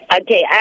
Okay